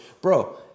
Bro